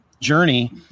journey